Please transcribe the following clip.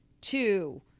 two